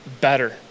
better